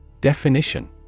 Definition